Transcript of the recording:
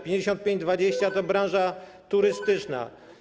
55.20 to branża turystyczna.